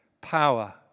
power